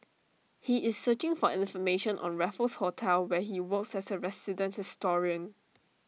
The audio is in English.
he is searching for information on Raffles hotel where he works as A resident historian